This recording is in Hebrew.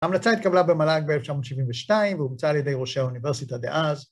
ההמלצה התקבלה במל"ג ב-1972 ‫ואומצה על ידי ראשי האוניברסיטה דאז.